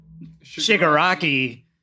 Shigaraki